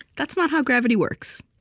that's not how gravity works.